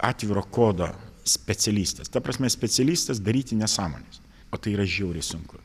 atviro kodo specialistas ta prasme specialistas daryti nesąmones o tai yra žiauriai sunku